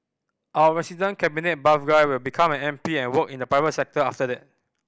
our resident cabinet buff guy will become an M P and work in the private sector after that